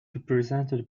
represented